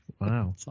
Wow